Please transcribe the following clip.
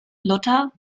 luther